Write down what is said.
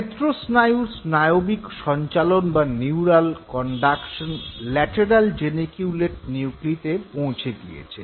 নেত্রস্নায়ুর স্নায়বিক সঞ্চালন বা নিউরাল কন্ডাকশন ল্যাটেরাল জেনিকিউলেট নিউক্লিতে পৌঁছে গিয়েছে